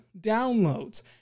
downloads